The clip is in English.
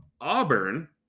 Auburn